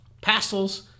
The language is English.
pastels